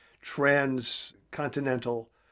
transcontinental